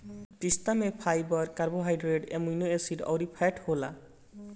पिस्ता में fibre, carbohydrate, amino acid अउरी फैट होला